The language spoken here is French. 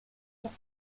sont